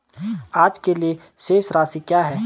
आज के लिए शेष राशि क्या है?